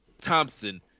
Thompson